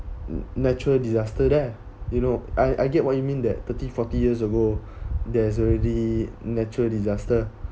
natural disaster there you know I I get what you mean that thirty forty years ago there's already natural disaster